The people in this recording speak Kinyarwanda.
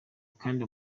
kandi